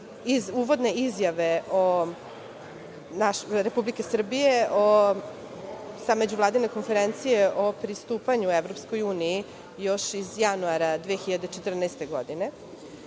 iz uvodne izjave Republike Srbije sa međuvladine konferencije o pristupanju EU još iz januara 2014. godine…